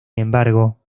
embargo